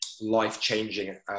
life-changing